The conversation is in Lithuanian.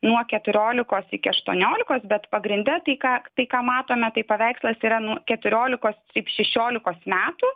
nuo keturiolikos iki aštuoniolikos bet pagrinde tai ką tai ką matome tai paveikslas yra nuo keturiolikos šešiolikos metų